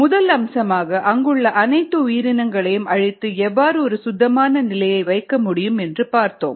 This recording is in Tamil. முதல் அம்சமாக அங்குள்ள அனைத்து உயிரினங்களையும் அழித்து எவ்வாறு ஒரு சுத்தமான நிலையை வைக்க முடியும் என்று பார்த்தோம்